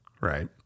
Right